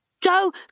Go